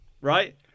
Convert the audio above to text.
right